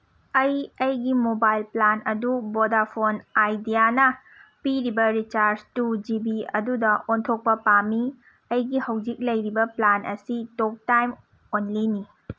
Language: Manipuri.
ꯑꯩ ꯑꯩꯒꯤ ꯃꯣꯕꯥꯏꯜ ꯄ꯭ꯂꯥꯟ ꯑꯗꯨ ꯚꯣꯗꯥꯐꯣꯟ ꯑꯥꯏꯗꯤꯌꯥꯅ ꯄꯤꯔꯤꯕ ꯔꯤꯆꯥꯔꯖ ꯇꯨ ꯖꯤ ꯕꯤ ꯑꯗꯨꯗ ꯑꯣꯟꯊꯣꯛꯄ ꯄꯥꯝꯃꯤ ꯑꯩꯒꯤ ꯍꯧꯖꯤꯛ ꯂꯩꯔꯤꯕ ꯄ꯭ꯂꯥꯟ ꯑꯁꯤ ꯇꯣꯛ ꯇꯥꯏꯝ ꯑꯣꯟꯂꯤꯅꯤ